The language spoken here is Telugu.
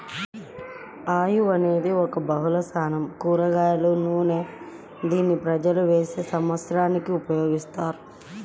ఆముదం అనేది ఒక బహుళార్ధసాధక కూరగాయల నూనె, దీనిని ప్రజలు వేల సంవత్సరాలుగా ఉపయోగిస్తున్నారు